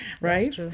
Right